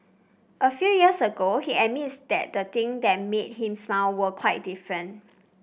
a few years ago he admits that the thing that made him smile were quite different